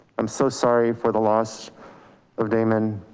i'm so sorry for the loss of damon